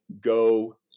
go